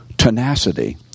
tenacity